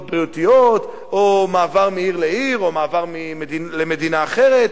בריאותיות או מעבר מעיר לעיר או מעבר למדינה אחרת.